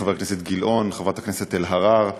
לחבר הכנסת גילאון ולחברת הכנסת אלהרר.